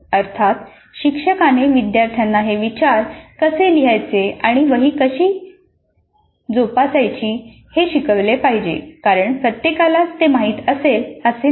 अर्थात शिक्षकाने विद्यार्थ्यांना हे विचार कसे लिहायचे आणि वही कशी जोपासायची हे शिकवले पाहिजे कारण प्रत्येकालाच ते माहीत असेल असे नाही